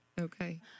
Okay